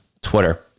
Twitter